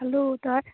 খালোঁ তই